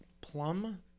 Plum